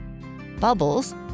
Bubbles